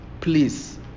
please